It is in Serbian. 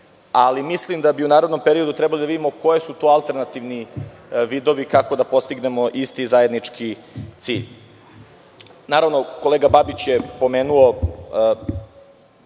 ali mislim da bi u narednom periodu trebali da vidimo koji su to alternativni vidovi kako da postignemo isti zajednički cilj. Naravno, kolega Babić je pomenuo